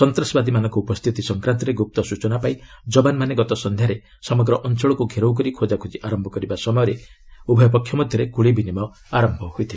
ସନ୍ତାସବାଦୀମାନଙ୍କ ଉପସ୍ଥିତି ସଂକ୍ରାନ୍ତରେ ଗୁପ୍ତ ସୂଚନା ପାଇ ଯବାନମାନେ ଗତ ସନ୍ଧ୍ୟାରେ ସମଗ୍ର ଅଞ୍ଚଳକ୍ତ ଘେରାଉ କରି ଖୋଜାଖୋଜି ଆରମ୍ଭ କରିବା ସମୟରେ ଉଭୟ ପକ୍ଷ ମଧ୍ୟରେ ଗ୍ରୁଳି ବିନିମୟ ଆରମ୍ଭ ହୋଇଥିଲା